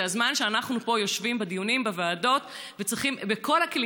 זה הזמן שאנחנו פה יושבים בדיונים בוועדות וצריכים בכל הכלים